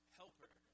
helper